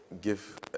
give